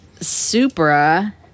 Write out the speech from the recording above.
Supra